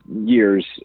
years